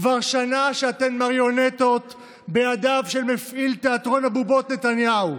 כבר שנה שאתן מריונטות בידיו של מפעיל תיאטרון הבובות נתניהו.